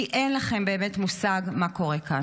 כי אין לכם באמת מושג מה קורה כאן.